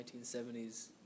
1970s